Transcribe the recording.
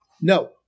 No